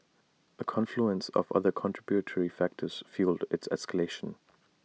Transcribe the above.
A confluence of other contributory factors fuelled its escalation